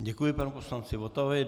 Děkuji panu poslanci Votavovi.